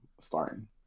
starting